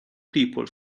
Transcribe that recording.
people